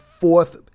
Fourth